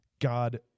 God